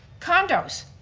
condos.